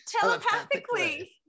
telepathically